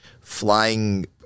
flying